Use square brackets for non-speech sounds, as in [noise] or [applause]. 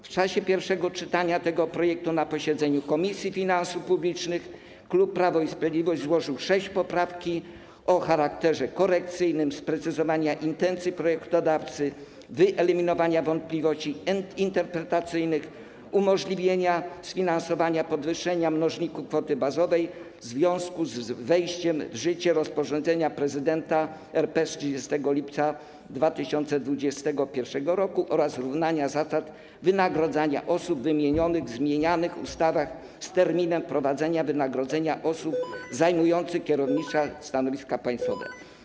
W czasie pierwszego czytania tego projektu na posiedzeniu Komisji Finansów Publicznych klub Prawo i Sprawiedliwość złożył 6 poprawek o charakterze korekcyjnym, sprecyzowania intencji projektodawcy, wyeliminowania wątpliwości interpretacyjnych, umożliwienia sfinansowania podwyższenia mnożników kwoty bazowej w związku z wejściem w życie rozporządzenia prezydenta RP z 30 lipca 2021 r. oraz zrównania zasad wynagradzania osób wymienionych w zmienianych ustawach z terminem [noise] wprowadzenia zmian wynagrodzenia osób zajmujących kierownicze stanowiska państwowe.